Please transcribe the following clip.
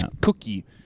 Cookie